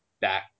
back